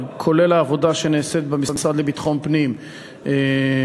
וכולל העבודה שנעשית במשרד לביטחון פנים לצמצום